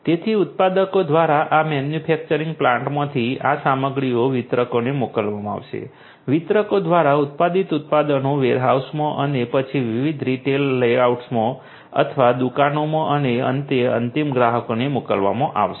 તેથી ઉત્પાદકો દ્વારા આ મેન્યુફેક્ચરિંગ પ્લાન્ટમાંથી આ સામગ્રીઓ વિતરકોને મોકલવામાં આવશે વિતરકો દ્વારા ઉત્પાદિત ઉત્પાદનો વેરહાઉસમાં અને પછી વિવિધ રિટેલ આઉટલેટ્સ અથવા દુકાનોમાં અને અંતે અંતિમ ગ્રાહકોને મોકલવામાં આવશે